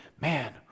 man